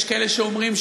יש כאלה שאומרים,